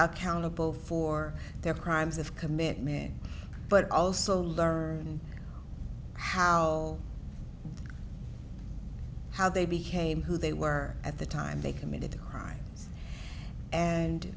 accountable for their crimes of commitment but also learned how how they became who they were at the time they committed the crime and